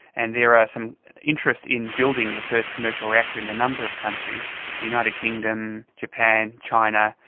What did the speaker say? and there is some interest in building the first commercial reactor in a number of countries the united kingdom, japan, china,